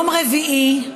רביעי,